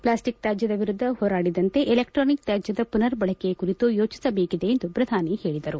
plastic ತ್ಯಾಜದ ವಿರುದ್ದ ಹೋರಾಡಿದಂತೆ ಎಲೆಕ್ಸಾನಿಕ್ ತ್ಯಾಜದ ಪುನರ್ಬಳಕೆಯ ಕುರಿತು ಯೋಚಿಸಬೇಕಿದೆ ಎಂದು ಪ್ರಧಾನಿ ಹೇಳಿದರು